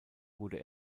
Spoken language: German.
wurde